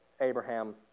Abraham